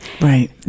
Right